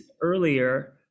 earlier